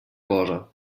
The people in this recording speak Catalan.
cosa